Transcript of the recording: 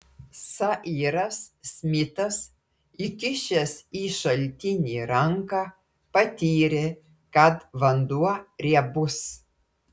sairas smitas įkišęs į šaltinį ranką patyrė kad vanduo riebus